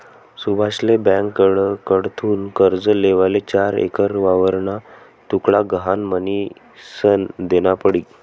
सुभाषले ब्यांककडथून कर्ज लेवाले चार एकर वावरना तुकडा गहाण म्हनीसन देना पडी